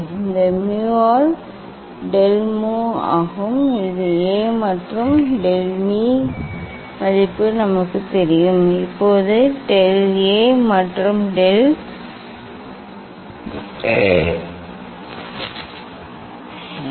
இது mu ஆல் del mu ஆகும் இது A மற்றும் டெல் மீ மதிப்பு நமக்குத் தெரியும் இப்போது டெல் A மற்றும் டெல் m இன் டெல் என்ன